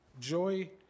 joy